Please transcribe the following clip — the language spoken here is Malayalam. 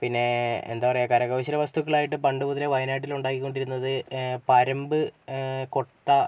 പിന്നേ എന്താ പറയാ കരകൗശല വസ്തുക്കളായിട്ട് പണ്ട് മുതലേ വയനാട്ടിൽ ഉണ്ടാക്കിക്കൊണ്ടിരുന്നത് പരമ്പ് കൊട്ട